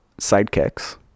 sidekicks